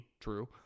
true